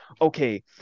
okay